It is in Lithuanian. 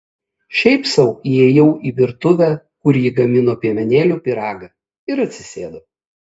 šiaip sau įėjau į virtuvę kur ji gamino piemenėlių pyragą ir atsisėdau